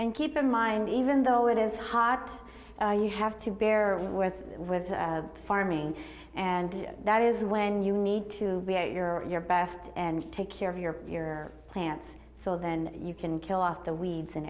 and keep in mind even though it is hot you have to bear with with farming and that is when you need to be a your best and take care of your your plants so then you can kill off the weeds